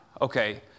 Okay